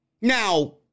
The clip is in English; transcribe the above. Now